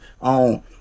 on